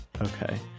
okay